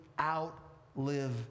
outlive